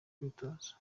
kwitoza